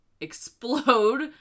explode